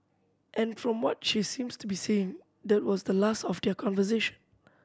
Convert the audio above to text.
and from what she seems to be saying that was the last of their conversation